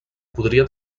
podria